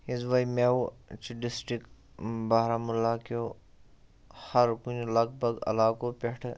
یِتھ پٲٹھۍ میوٕ چھُ ڈسٹرک بارہملہ کِیو ہر کُنہِ لگ بگ علاقو پٮ۪ٹھ